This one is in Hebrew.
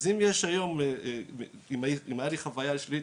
אז אם הייתה לי חוויה שלילית,